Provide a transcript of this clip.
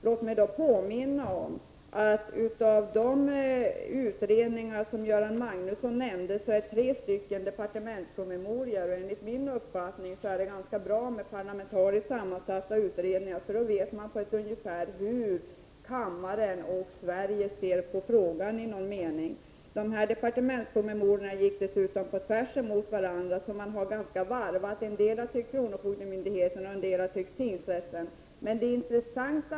Låt mig då påminna om att av de utredningar som Göran Magnusson nämnde är tre departementspromemorior. Enligt min uppfattning är det ganska bra med parlamentariskt sammansatta utredningar, för då vet man på ett ungefär hur kammaren och i någon mening Sverige ser på frågan. Dessa departementspromemorior gick dessutom på tvärs mot varandra, och det var ganska varvat. En del har ansett att ärendena skall handläggas av kronofogdemyndigheterna, och en del har ansett att de skall handläggas av tingsrätterna.